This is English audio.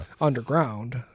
underground